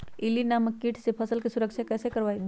इल्ली नामक किट से फसल के सुरक्षा कैसे करवाईं?